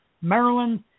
Maryland